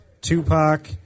Tupac